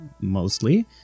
mostly